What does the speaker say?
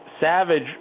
Savage